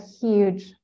huge